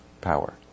power